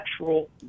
natural